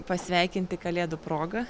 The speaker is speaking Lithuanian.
pasveikinti kalėdų proga